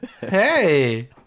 Hey